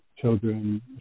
children